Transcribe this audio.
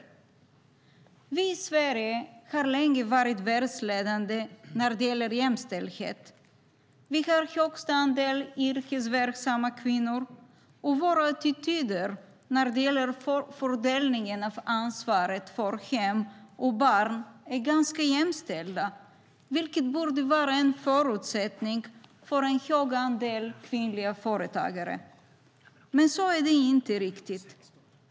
Vi i Sverige har länge varit världsledande när det gäller jämställdhet. Vi har högst andel yrkesverksamma kvinnor, och våra attityder när det gäller fördelningen av ansvaret för hem och barn är ganska jämställda, vilket borde vara en förutsättning för en hög andel kvinnliga företagare. Men så är det inte riktigt.